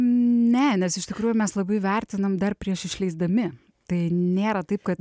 ne nes iš tikrųjų mes labai vertinam dar prieš išleisdami tai nėra taip kad